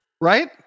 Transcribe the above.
Right